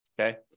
okay